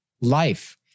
life